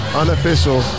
unofficial